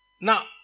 Now